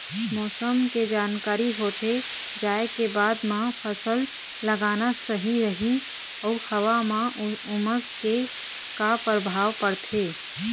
मौसम के जानकारी होथे जाए के बाद मा फसल लगाना सही रही अऊ हवा मा उमस के का परभाव पड़थे?